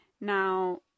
now